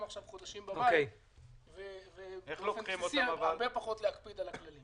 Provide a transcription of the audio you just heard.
חודשים בבית ובאופן בסיסי הרבה פחות להקפיד על הכללים.